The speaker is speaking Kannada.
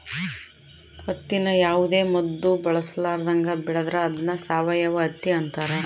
ಹತ್ತಿನ ಯಾವುದೇ ಮದ್ದು ಬಳಸರ್ಲಾದಂಗ ಬೆಳೆದ್ರ ಅದ್ನ ಸಾವಯವ ಹತ್ತಿ ಅಂತಾರ